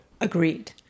Agreed